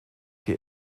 die